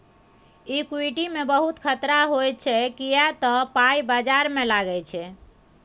equity मे बहुत खतरा होइ छै किए तए पाइ बजार मे लागै छै